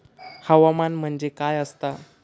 हवामान म्हणजे काय असता?